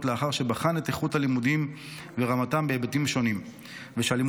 לאחר שבחן את איכות הלימודים ורמתם בהיבטים שונים ושהלימודים